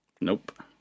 Nope